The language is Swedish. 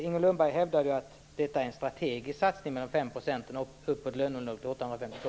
Inger Lundberg hävdade ju att höjningen av avdragsgränsen för löneunderlag upp till 852 000 kr är en strategisk satsning.